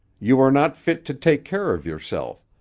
you are not fit to take care of yourself,